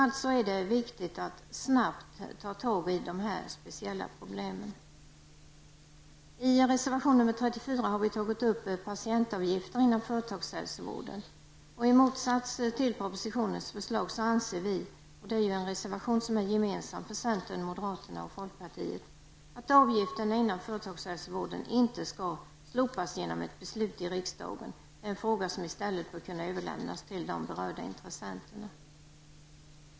Det är alltså viktigt att snabbt ta tag i dessa speciella problem. I reservation 34 har vi tagit upp patientavgifter inom företagshälsovården. I motsats till propositionens förslag anser vi -- det är en gemensam reservation från centern, moderaterna och folkpartiet -- att avgifterna inom företagshälsovården inte skall slopas genom ett beslut i riksdagen. Det är en fråga som i stället bör kunna överlämnas till de berörda intressenterna.